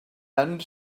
end